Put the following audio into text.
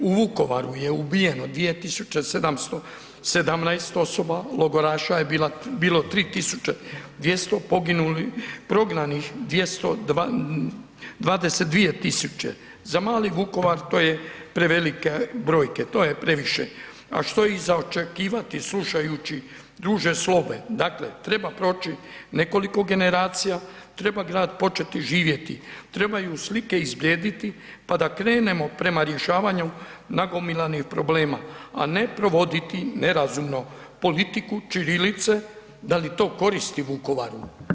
U Vukovaru je ubijeno 2717 osoba, logoraša je bilo 3200, prognanih 22000, za mali Vukovar to je prevelika brojke, to je previše, a što je i za očekivati slušajući duže slobe, dakle treba proći nekoliko generacija, treba grad početi živjeti, trebaju slike izblijediti, pa da krenemo prema rješavanju nagomilanih problema, a ne provoditi nerazumno politiku ćirilice, da li to koristi Vukovaru?